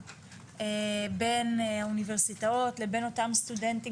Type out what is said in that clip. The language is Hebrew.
בין האוניברסיטאות לבין אותם סטודנטים,